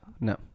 no